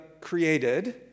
created